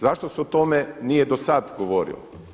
Zašto se o tome nije do sada govorilo?